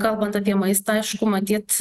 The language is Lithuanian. kalbant apie maistą aišku matyt